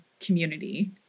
community